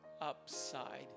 upside